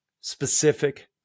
Specific